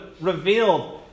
revealed